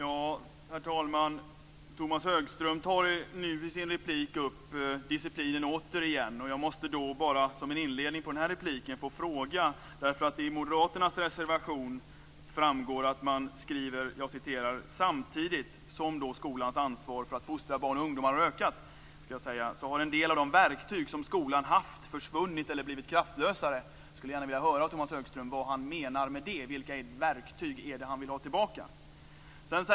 Herr talman! Tomas Högström tar i sin replik åter igen upp frågan om disciplin. Som en inledning på denna replik måste jag få ställa en fråga. I moderaternas reservation framgår det att man anser att samtidigt som skolans ansvar för att fostra barn och ungdomar har ökat, har en del av de verktyg som skolan har haft försvunnit eller blivit kraftlösare. Jag skulle gärna vilja veta vad Tomas Högström menar. Vilka verktyg är det han vill ha tillbaka?